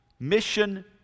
mission